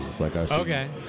Okay